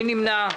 מי נמנע?